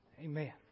Amen